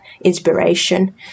inspiration